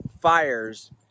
fires